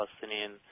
Palestinian